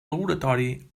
laboratori